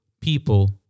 people